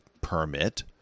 permit